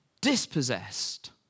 dispossessed